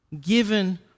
given